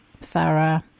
thorough